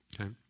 okay